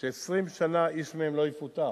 ש-20 שנה איש מהם לא יפוטר,